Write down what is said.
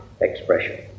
expression